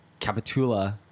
Capitula